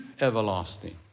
everlasting